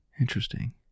interesting